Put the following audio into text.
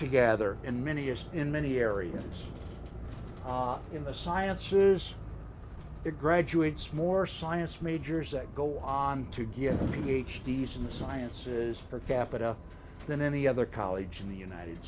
together in many years in many areas in the sciences or graduates more science majors that go on to get a ph d s in the sciences per capita than any other college in the united